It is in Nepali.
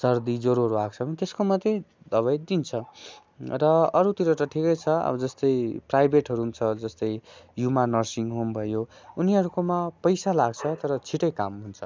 सर्दी ज्वरोहरू आएको छ भने त्यसको मात्रै दबाई दिन्छ र अरूतिर त ठिकै छ अब जस्तै प्राइभेटहरू हुन्छ जस्तै युमा नर्सिङ होम भयो उनीहरूकोमा पैसा लाग्छ तर छिट्टै काम हुन्छ